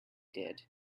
did